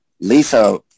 Lisa